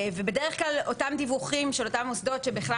בדרך כלל אותם דיווחים של אותם מוסדות שבכלל